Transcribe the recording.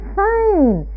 fine